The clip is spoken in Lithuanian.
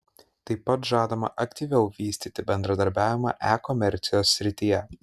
tai pat žadama aktyviau vystyti bendradarbiavimą e komercijos srityje